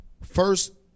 first